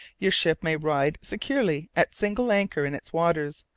your ship may ride securely at single anchor in its waters,